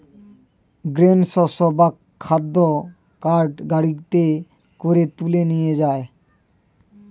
grain শস্য বা খাদ্য কার্ট গাড়িতে করে তুলে নিয়ে যায়